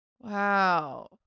Wow